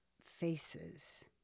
faces